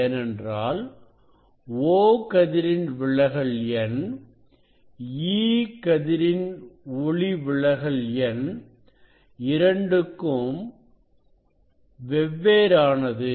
ஏனென்றால் O கதிரின் ஒளிவிலகல் எண் E கதிரின் ஒளிவிலகல் எண் இரண்டும் வெவ்வேறானது